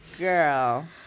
Girl